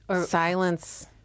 Silence